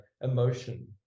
emotion